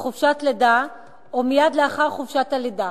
בחופשת לידה או מייד לאחר חופשת הלידה,